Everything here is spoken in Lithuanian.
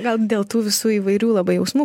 gal dėl tų visų įvairių labai jausmų